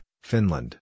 Finland